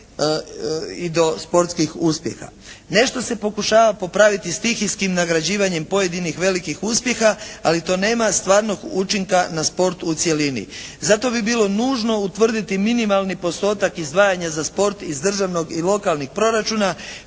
i do sportskih uspjeha. Nešto se pokušava popraviti stihijskim nagrađivanjem pojedinih velikih uspjeha, ali to nema stvarnog učinka na sport u cjelini, zato bi bilo nužno utvrditi minimalni postotak izdvajanja za sport iz državnog i lokalnih proračuna